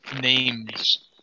names